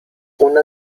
una